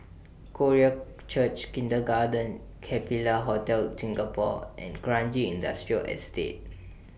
Korean Church Kindergarten Capella Hotel Singapore and Kranji Industrial Estate